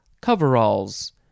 Coveralls